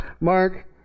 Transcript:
Mark